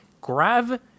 grab